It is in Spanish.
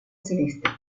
celeste